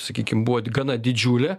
sakykim buvo gana didžiulė